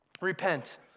Repent